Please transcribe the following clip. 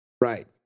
Right